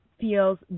feels